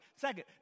Second